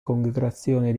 congregazione